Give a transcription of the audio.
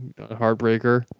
heartbreaker